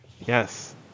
Yes